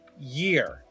year